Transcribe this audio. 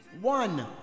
One